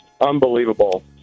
unbelievable